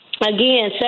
again